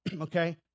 okay